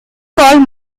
called